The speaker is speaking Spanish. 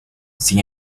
sin